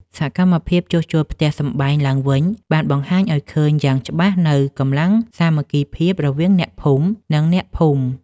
សកម្មភាពជួសជុលផ្ទះសម្បែងឡើងវិញ បានបង្ហាញឱ្យឃើញយ៉ាងច្បាស់នូវកម្លាំងសាមគ្គីភាពរវាងអ្នកភូមិ និងអ្នកភូមិ។